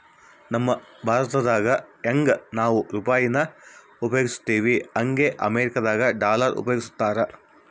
ನಮ್ ಭಾರತ್ದಾಗ ಯಂಗೆ ನಾವು ರೂಪಾಯಿನ ಉಪಯೋಗಿಸ್ತಿವೋ ಹಂಗೆ ಅಮೇರಿಕುದಾಗ ಡಾಲರ್ ಉಪಯೋಗಿಸ್ತಾರ